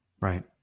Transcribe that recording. Right